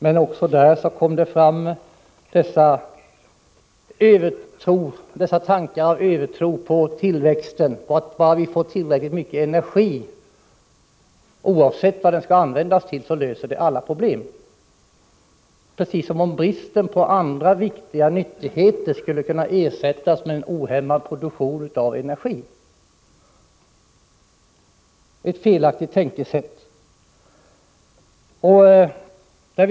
Men även i det sammanhanget har man gett uttryck för en övertro på tillväxten. Man menar att om vi bara har tillräckligt mycket energi — man bortser då från vad denna skall användas till — kommer alla problem att kunna lösas. Det uppfattar jag så, att man menar att bristen på andra viktiga nyttigheter kan kompenseras med en ohämmad energiproduktion. Men i så fall tänker man fel.